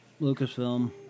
Lucasfilm